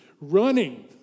Running